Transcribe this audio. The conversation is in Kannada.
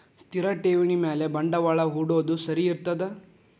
ಸ್ಥಿರ ಠೇವಣಿ ಮ್ಯಾಲೆ ಬಂಡವಾಳಾ ಹೂಡೋದು ಸರಿ ಇರ್ತದಾ?